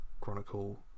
Chronicle